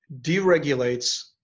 deregulates